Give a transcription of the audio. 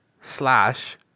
Slash